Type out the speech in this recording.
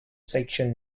section